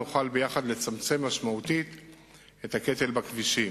נוכל יחד לצמצם משמעותית את הקטל בכבישים.